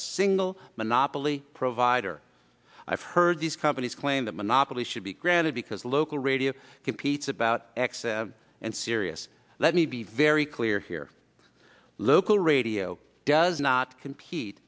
single monopoly provider i've heard these companies claim that monopoly should be granted because local radio competes about access and sirius let me be very clear here local radio does not compete